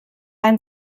ein